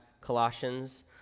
colossians